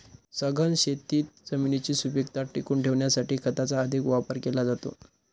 सघन शेतीत जमिनीची सुपीकता टिकवून ठेवण्यासाठी खताचा अधिक वापर केला जातो